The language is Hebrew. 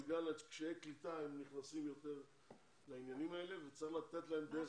בגלל קשיי קליטה הם נכנסים יותר לעניינים האלה וצריך לתת להם דרך חדשה.